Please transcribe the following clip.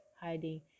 hiding